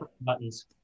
buttons